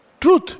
Truth